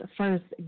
first